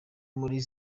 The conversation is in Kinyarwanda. muri